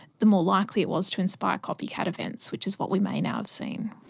the more likely it was to inspire copycat events, which is what we may now have seen.